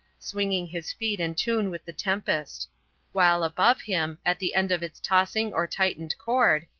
swinging his feet in tune with the tempest while above him, at the end of its tossing or tightened cord,